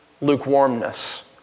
lukewarmness